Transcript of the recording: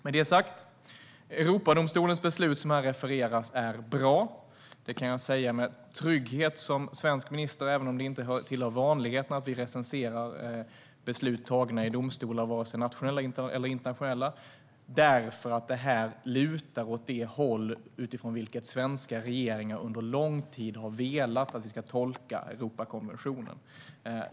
Europadomstolens beslut som har refererats är bra. Det kan jag som svensk minister säga med trygghet, även om det inte hör till vanligheterna att vi recenserar beslut i domstolar, vare sig de är nationella eller internationella. Detta lutar åt det håll som svenska regeringar under lång tid har velat tolka Europakonventionen.